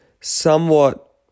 somewhat